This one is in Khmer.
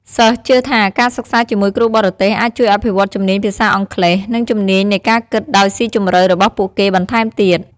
សិស្សជឿថាការសិក្សាជាមួយគ្រូបរទេសអាចជួយអភិវឌ្ឍជំនាញភាសាអង់គ្លេស និងជំនាញនៃការគិតដោយសុីជម្រៅរបស់ពួកគេបន្ថែមទៀត។